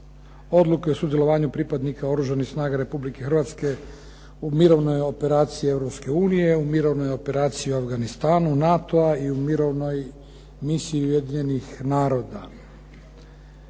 odluke o sudjelovanju pripadnika Oružanih snaga Republike Hrvatske u mirovnoj operaciji Europske unije, u mirovnoj operaciji u Afganistanu NATO-a i u mirovnoj misiji Ujedinjenih naroda.